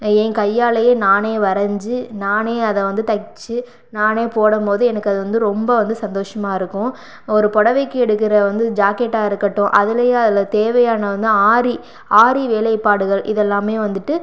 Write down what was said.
என் கையாலேயே நானே வரஞ்சு நானே அதை வந்து தைச்சி நானே போடும் போது எனக்கு அது வந்து ரொம்ப வந்து சந்தோஷமாக இருக்கும் ஒரு புடவைக்கு எடுக்கிற வந்து ஜாக்கெட்டாக இருக்கட்டும் அதுலேயே அதில் தேவையான வந்து ஆரி ஆரி வேலைப்பாடுகள் இது எல்லாமே வந்துட்டு